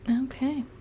Okay